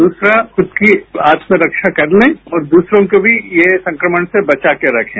दूसरा खुद की आत्मरक्षा करने और दूसरों को भी ये संक्रमण से बचा कर रखें